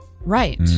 Right